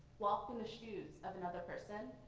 walk in the shoes of another person,